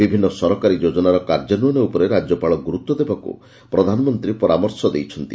ବିଭିନ୍ତ ସରକାରୀ ଯୋଜନାର କାର୍ସ୍ୟାନ୍ୱୟନ ଉପରେ ରାଜ୍ୟପାଳ ଗୁରୁତ୍ୱ ଦେବାକୁ ପ୍ରଧାନମନ୍ତୀ ପରାମର୍ଶ ଦେଇଛନ୍ତି